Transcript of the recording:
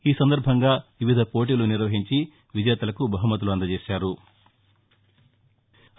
ఈ సందర్భంగా వివిధ పోటీలు నిర్వహించి విజేతలకు బహుమతులు అందజేశారు